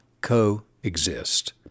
coexist